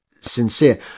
sincere